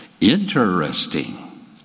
interesting